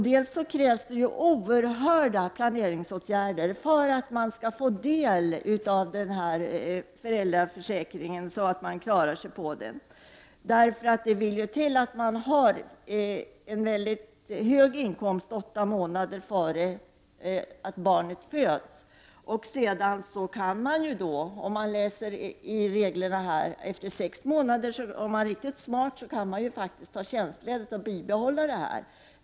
Dessutom krävs det oerhörda planeringsåtgärder för att man skall få del av föräldraförsäkringen så att man klarar sig på den. Det vill ju till att man har en hög inkomst under åtta månader före det att barnet föds, och sedan kan man, enligt reglerna, om man är riktigt smart ta tjänstledigt efter sex månader och bibehålla försäkringen.